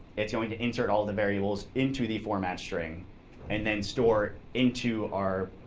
it's going to insert all of the variables into the format string and then store into our